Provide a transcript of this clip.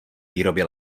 výrobě